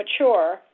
mature